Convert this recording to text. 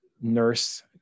nurse